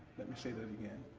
let me say that again.